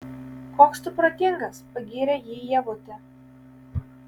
koks tu protingas pagyrė jį ievutė